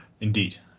Indeed